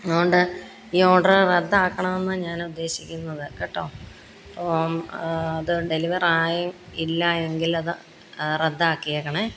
അതുകൊണ്ട് ഈ ഓഡറ് റദ്ദാക്കണമെന്ന് ഞാനുദ്ദേശിക്കുന്നത് കേട്ടോ അപ്പം അത് ഡെലിവറായ ഇല്ലായെങ്കിലത് റദ്ദാക്കിയേക്കണേ